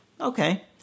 Okay